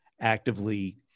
actively